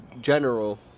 general